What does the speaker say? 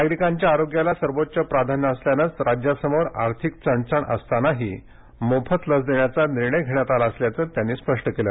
नागरिकांच्या आरोग्याला सर्वोच्च प्राधान्य असल्यानंच राज्यासमोर आर्थिक चणचण असतानाही मोफत लस देण्याचा निर्णय घेण्यात आला असल्याचं त्यांनी स्पष्ट केलं